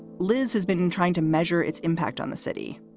liz has been trying to measure its impact on the city,